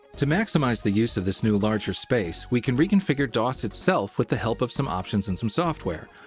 to maximize the use of this new larger space, we can reconfigure dos itself with the help of some options and some software.